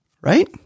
right